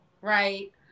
right